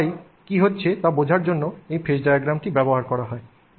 এবং তাই কী হচ্ছে তা বোঝার জন্য এই ফেজ ডায়াগ্রামটি ব্যবহার করা হয়